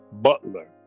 Butler